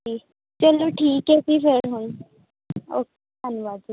ਚਲੋ ਠੀਕ ਹੈ ਜੀ ਫਿਰ ਹੁਣ ਓਕੇ ਧੰਨਵਾਦ ਜੀ